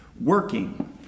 working